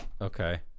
okay